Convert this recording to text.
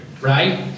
right